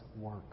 work